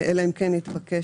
אלא אם כן יתבקש,